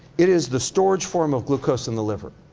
it is the storage form of glucose in the liver.